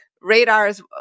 radars